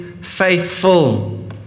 faithful